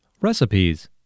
Recipes